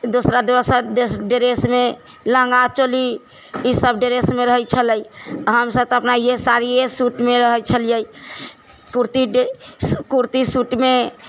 दोसरा दोसरा ड्रेस मे लहण्गा चोली ईसब ड्रेस मे रहइ छलै हमसब तऽ अपना इहे साड़ी इहे सुट मे रहइ छलिऐ कुर्ती सुट मे